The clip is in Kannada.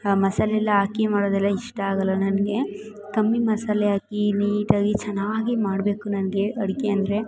ಮಸಾಲೆ ಎಲ್ಲ ಹಾಕಿ ಮಾಡೋದೆಲ್ಲ ಇಷ್ಟ ಆಗಲ್ಲ ನನಗೆ ಕಮ್ಮಿ ಮಸಾಲೆ ಹಾಕಿ ನೀಟಾಗಿ ಚೆನ್ನಾಗಿ ಮಾಡಬೇಕು ನನಗೆ ಅಡಿಗೆ ಅಂದರೆ